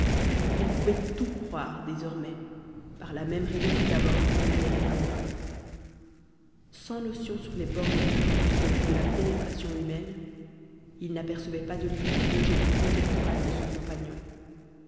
il pouvait tout croire désormais par la même raison que d'abord il n'avait rien cru sans notions sur les bornes des déductions et de la pénétration humaines il n'apercevait pas de limites au génie conjectural de son compagnon